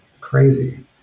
crazy